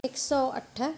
हिक सौ अठ